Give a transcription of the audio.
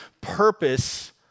purpose